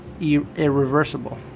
irreversible